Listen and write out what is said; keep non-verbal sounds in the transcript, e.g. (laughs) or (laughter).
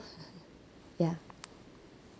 (laughs) ya